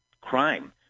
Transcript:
crime